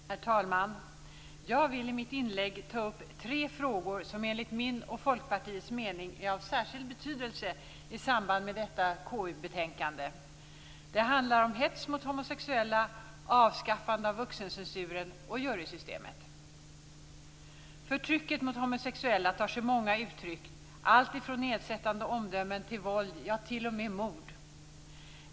Herr talman! Jag vill i mitt inlägg ta upp tre frågor som enligt min och Folkpartiets mening är av särskild betydelse i samband med detta KU-betänkande. Det handlar om hets mot homosexuella, avskaffande av vuxencensuren och jurysystemet. Förtrycket mot homosexuella tar sig många uttryck, alltifrån nedsättande omdömen till våld, ja, t.o.m. mord.